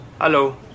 Hello